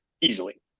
easily